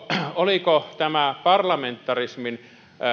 oliko tämä parlamentarismin